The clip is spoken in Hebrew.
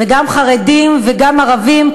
גם חרדים וגם ערבים,